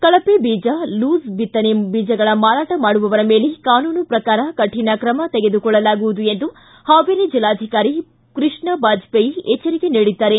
ಕಳಪೆ ಬೀಜ ಲೂಸ್ ಬಿತ್ತನೆ ಬೀಜಗಳ ಮಾರಾಟ ಮಾಡುವವರ ಮೇಲೆ ಕಾನೂನು ಪ್ರಕಾರ ಕರಿಣ ತ್ರಮ ತೆಗೆದುಕೊಳ್ಳಲಾಗುವುದು ಎಂದು ಹಾವೇರಿ ಜಿಲ್ಲಾಧಿಕಾರಿ ಕೃಷ್ಣ ಬಾಜಪೇಯಿ ಎಚ್ವರಿಕೆ ನೀಡಿದ್ದಾರೆ